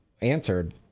answered